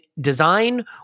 design